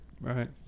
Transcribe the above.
right